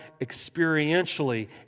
experientially